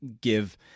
give